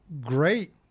Great